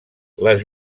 les